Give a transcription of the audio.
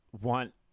want